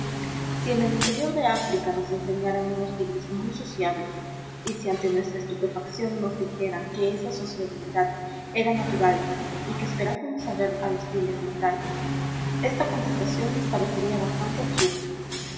si en el interior de áfrica nos enseñaran unos tigres muy sociables y si ante nuestra estupefacción nos dijeran que esa sociabilidad era natural y que esperásemos a ver a los tigres en price esta contestación nos parecería bastante absurda